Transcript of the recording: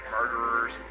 murderers